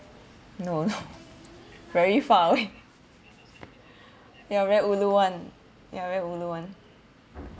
no no very far away ya very ulu [one] ya very ulu [one]